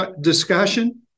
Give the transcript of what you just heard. discussion